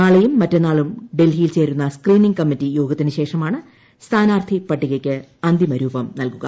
നാളെയും മറ്റെന്നാളും ഡൽഹിയിൽ ചേരുന്ന സ്ക്രീനിങ് കമ്മിറ്റി യോഗത്തിന് ശേഷമാണ് സ്ഥാനാർത്ഥി പട്ടികയ്ക്ക് അന്തിമരൂപം നൽകുക